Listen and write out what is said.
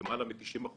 למעלה מ-90%,